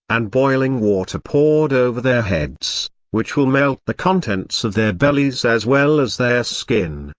and boiling water poured over their heads, which will melt the contents of their bellies as well as their skin,